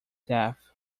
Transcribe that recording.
death